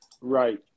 Right